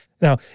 Now